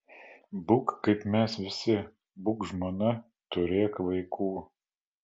būk kaip mes visi būk žmona turėk vaikų